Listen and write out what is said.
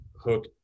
Hook